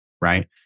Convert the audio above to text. right